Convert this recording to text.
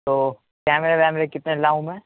تو کیمرے ویمرے کتنے لاؤں میں